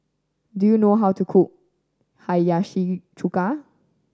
do you know how to cook Hiyashi Chuka